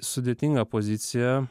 sudėtinga pozicija